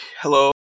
Hello